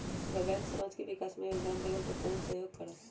अगर बैंक समाज के विकास मे योगदान देबले त कबन सहयोग करल?